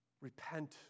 repent